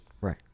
Right